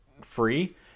free